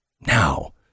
Now